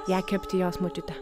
ją kepti jos močiutę